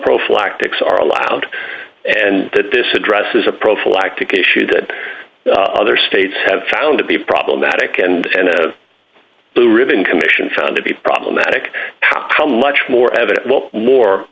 prophylactics are allowed and that this addresses a prophylactic issue that other states have found to be problematic and a blue ribbon commission found to be problematic how much more evidence more